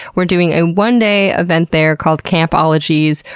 we're doing a one-day event there called camp ologies.